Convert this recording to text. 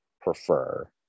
prefer